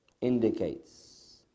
indicates